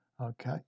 Okay